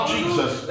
Jesus